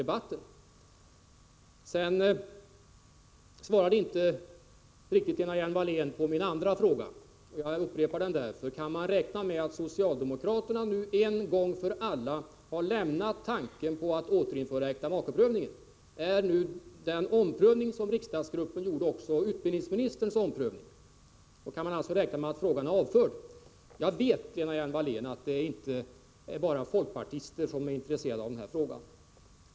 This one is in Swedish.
Lena Hjelm-Wallén svarade inte riktigt på min andra fråga. Jag upprepar den därför: Kan man räkna med att socialdemokraterna nu en gång för alla har lämnat tanken på att återinföra äktamakeprövningen? Är den omprövning som riksdagsgruppen gjorde också utbildningsministern omprövning? Kan man alltså räkna med att frågan är avförd? Jag vet, Lena Hjelm-Wallén, att inte bara folkpartister är intresserade av denna fråga.